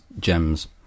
gems